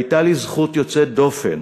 הייתה לי זכות יוצאת דופן